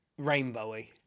rainbowy